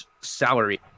salary